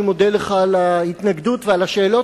אני מודה לך על ההתנגדות ועל השאלות,